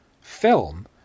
film